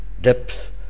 depth